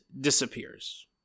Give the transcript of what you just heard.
disappears